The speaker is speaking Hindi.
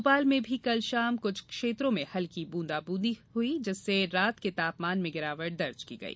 भोपाल में भी कल शाम कुछ क्षेत्रों में हल्की ब्रंदाबांदी हई जिससे रात के तापमान में गिरावट दर्ज की गई